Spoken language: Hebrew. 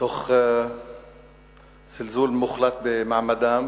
תוך זלזול מוחלט במעמדם